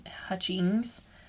Hutchings